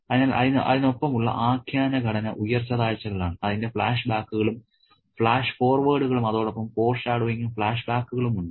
അതിനാൽ അതിനൊപ്പമുള്ള ആഖ്യാന ഘടന ഉയർച്ച താഴ്ചകളാണ് അതിന്റെ ഫ്ലാഷ്ബാക്കുകളും ഫ്ലാഷ് ഫോർവേഡുകളും അതോടൊപ്പം ഫോർഷാഡോയിങ്ങും ഫ്ലാഷ്ബാക്കുകളും ഉണ്ട്